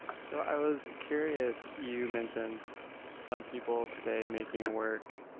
so i was curious, you mentioned some people today making work,